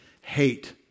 hate